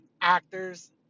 actors